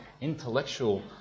intellectual